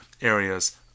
areas